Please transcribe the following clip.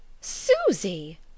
Susie